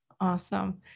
Awesome